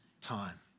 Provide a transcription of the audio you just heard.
time